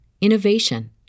innovation